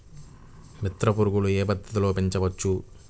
మిత్ర పురుగులు ఏ పద్దతిలో పెంచవచ్చు?